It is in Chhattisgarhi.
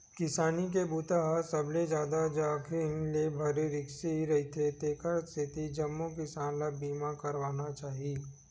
किसानी के बूता ह सबले जादा जाखिम ले भरे रिस्की रईथे तेखर सेती जम्मो किसान ल बीमा करवाना चाही